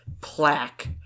plaque